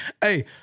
Hey